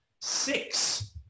Six